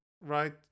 right